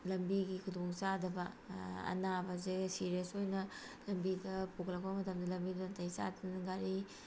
ꯂꯝꯕꯤꯒꯤ ꯈꯨꯗꯣꯡ ꯆꯥꯗꯕ ꯑꯅꯥꯕꯁꯦ ꯁꯤꯔꯤꯌꯦꯁ ꯑꯣꯏꯅ ꯂꯝꯕꯤꯗ ꯄꯨꯈꯠꯂꯛꯄ ꯃꯇꯝꯗ ꯂꯝꯕꯤꯗ ꯅꯥꯇꯩ ꯆꯥꯗꯗꯅ ꯒꯥꯔꯤ